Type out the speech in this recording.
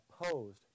opposed